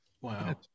wow